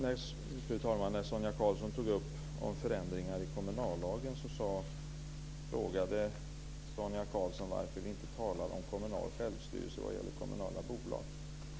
Fru talman! När Sonia Karlsson tog upp förändringar i kommunallagen frågade hon varför vi inte talade om kommunal självstyrelse vad gäller kommunala bolag.